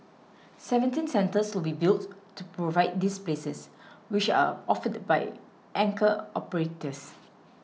seventeen centres will be built to provide these places which are offered by anchor operators